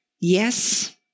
yes